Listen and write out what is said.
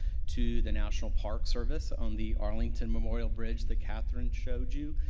to the national park service on the arlington memorial bridge that catherine showed you.